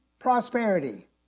Prosperity